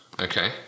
Okay